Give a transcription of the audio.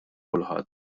kulħadd